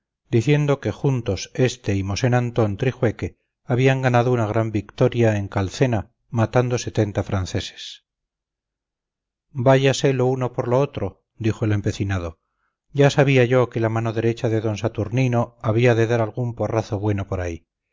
diciendo que juntos este y mosén antón trijueque habían ganado una gran victoria en calcena matando setenta franceses váyase lo uno por lo otro dijo el empecinado ya sabía yo que la mano derecha de d saturnino había de dar algún porrazo bueno por ahí